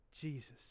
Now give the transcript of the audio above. Jesus